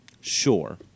Sure